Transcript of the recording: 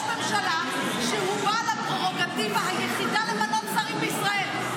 ממשלה שהוא בעל הפררוגטיבה היחידה למנות שרים בישראל,